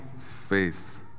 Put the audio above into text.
faith